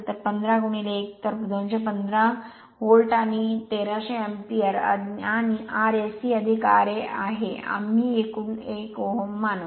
तर 15 1 तर 215 व्होल्ट आणि 1 300 अँपिअर आणि Rse ra आहे आम्ही एकूण 1 Ω मानू